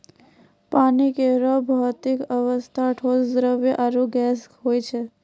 पानी केरो भौतिक अवस्था ठोस, द्रव्य आरु गैस होय छै